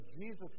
Jesus